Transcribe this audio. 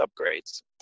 upgrades